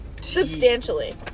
Substantially